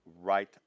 right